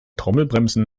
trommelbremsen